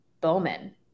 Bowman